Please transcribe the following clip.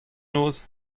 noz